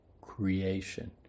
creation